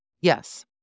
Yes